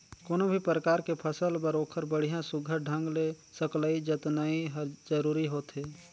कोनो भी परकार के फसल बर ओखर बड़िया सुग्घर ढंग ले सकलई जतनई हर जरूरी होथे